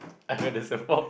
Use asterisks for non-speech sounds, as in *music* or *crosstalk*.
I heard this before *laughs*